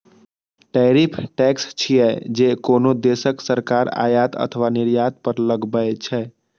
tariff tax छियै, जे कोनो देशक सरकार आयात अथवा निर्यात पर लगबै छै